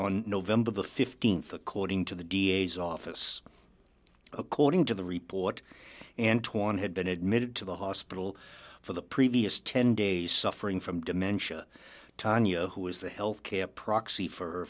on november the th according to the d a s office according to the report and torne had been admitted to the hospital for the previous ten days suffering from dementia tonya who is the health care proxy for